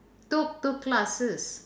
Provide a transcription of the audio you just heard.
took took classes